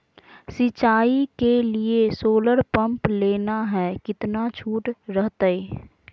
सिंचाई के लिए सोलर पंप लेना है कितना छुट रहतैय?